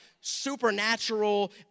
supernatural